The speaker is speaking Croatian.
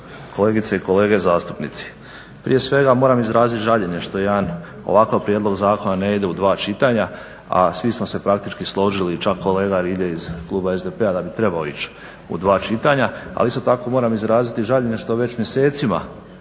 kolegice i kolege zastupnici. Prije svega moram izraziti žaljenje što jedan ovakav prijedlog zakona ne ide u dva čitanja, a svi smo se praktički složili čak i kolega Rilje iz kluba SDP-a da bi trebao ići u dva čitanja. Ali isto tako moram izraziti žaljenje što već mjesecima